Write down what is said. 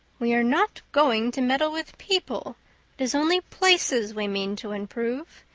we are not going to meddle with people. it is only places we mean to improve,